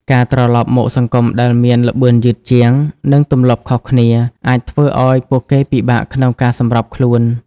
ការត្រឡប់មកសង្គមដែលមានល្បឿនយឺតជាង និងទម្លាប់ខុសគ្នា អាចធ្វើឱ្យពួកគេពិបាកក្នុងការសម្របខ្លួន។